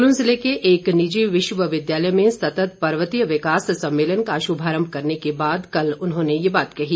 सोलन जिले के एक निजी विश्वविद्यालय में सत्त पर्वतीय विकास सम्मेलन का शुभारंभ करने के बाद कल उन्होंने ये बात कही